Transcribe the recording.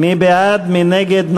מי בעד, מי נגד?